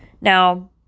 Now